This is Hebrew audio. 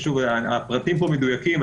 ושוב הפרטים פה מדויקים,